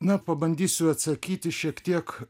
na pabandysiu atsakyti šiek tiek